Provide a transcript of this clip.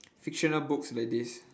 fictional books like this